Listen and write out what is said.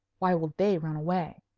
why will they run away?